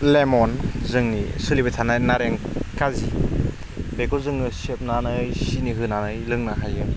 lemon जोंनि सोलिबाय थानाय नारें खारजि बेखौ जोङो सेबनानै सिनि होनानै लोंनो हायो